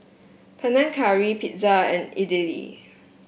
Panang Curry Pizza and Idili